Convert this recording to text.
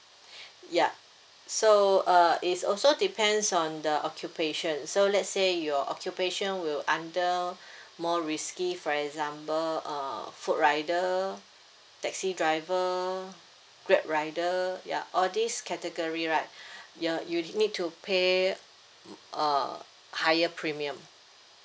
ya so uh it's also depends on the occupation so let's say your occupation will under more risky for example uh FoodRider taxi driver Grab rider ya all this category right your you need to pay a higher premium